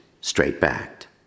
straight-backed